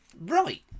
right